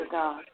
God